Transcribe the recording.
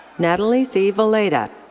nathaly c. villeda.